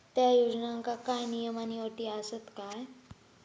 त्या योजनांका काय नियम आणि अटी आसत काय?